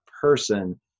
person